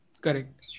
Correct